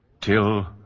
Till